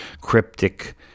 Cryptic